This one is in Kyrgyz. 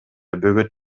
бөгөт